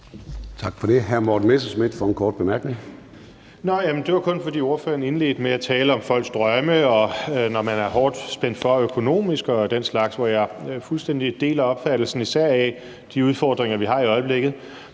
Kl. 13:07 Morten Messerschmidt (DF): Det var kun, fordi ordføreren indledte med at tale om folks drømme og om at være hårdt spændt for økonomisk og den slags, og jeg deler fuldstændig opfattelsen af især de udfordringer, vi har i øjeblikket.